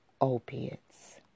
opiates